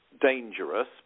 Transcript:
dangerous